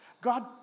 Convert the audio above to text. God